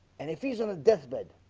and if he's on a deathbed